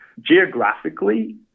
Geographically